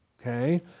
Okay